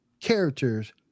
characters